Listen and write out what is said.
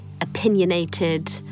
opinionated